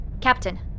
Captain